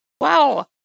Wow